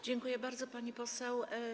Dziękuję bardzo, pani poseł.